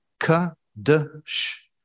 k-d-sh